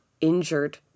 injured